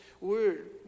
word